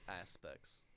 aspects